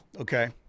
Okay